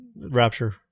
rapture